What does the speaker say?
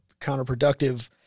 counterproductive